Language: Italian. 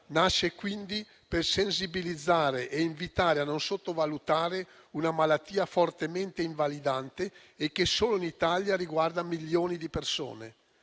nasce quindi per sensibilizzare e invitare a non sottovalutare una malattia fortemente invalidante e che solo in Italia riguarda milioni di persone.